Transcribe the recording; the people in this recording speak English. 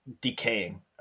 decaying